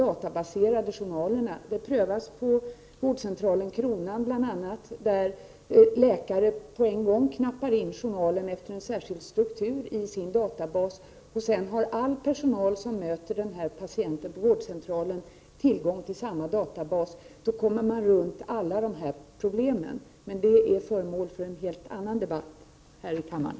Sådana finns på bl.a. vårdcentralen Kronan, där läkare knappar in journalen efter en särskild struktur i sin databas, och sedan har all personal som möter patienten på vårdcentralen tillgång till samma databas. Då kommer man runt alla dessa problem. Den frågan blir säkert föremål för en annan debatt här i kammaren.